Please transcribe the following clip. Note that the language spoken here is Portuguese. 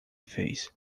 fez